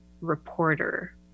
reporter